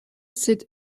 sit